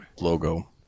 logo